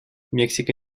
мексика